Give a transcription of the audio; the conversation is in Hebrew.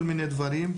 כל מיני דברים,